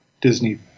Disney